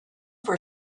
for